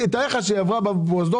תאר לך שהיא עברה בפרוזדור,